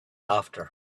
after